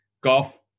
golf